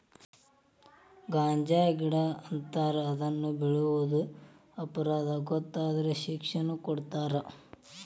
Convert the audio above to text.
ಗಾಂಜಾಗಿಡಾ ಅಂತಾರ ಇದನ್ನ ಬೆಳಿಯುದು ಅಪರಾಧಾ ಗೊತ್ತಾದ್ರ ಶಿಕ್ಷೆನು ಕೊಡತಾರ